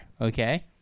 okay